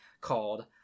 called